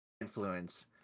influence